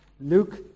Luke